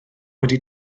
wedi